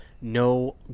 no